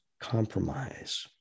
compromise